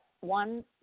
one